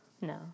No